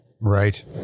right